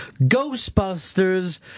Ghostbusters